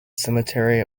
cemetery